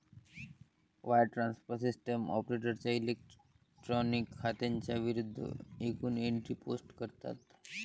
wire transfer system ऑपरेटरच्या electronic खात्यांच्या विरूद्ध एकूण एंट्री पोस्ट करतात